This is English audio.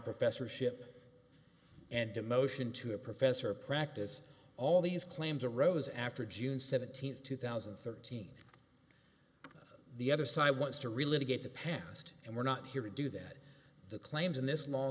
professorship and demotion to a professor a practice all these claims arose after june seventeenth two thousand and thirteen the other side wants to really get the past and we're not here to do that the claims in this law